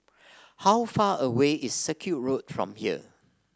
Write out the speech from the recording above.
how far away is Circuit Road from here